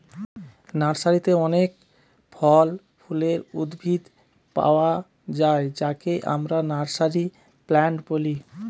নার্সারিতে অনেক ফল ফুলের উদ্ভিদ পায়া যায় যাকে আমরা নার্সারি প্লান্ট বলি